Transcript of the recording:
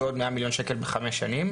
כלומר עוד 100 מיליון שקלים בחמש שנים.